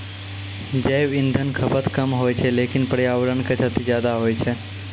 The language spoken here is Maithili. जैव इंधन खपत कम होय छै लेकिन पर्यावरण क क्षति ज्यादा होय छै